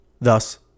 thus